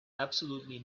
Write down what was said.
absolutely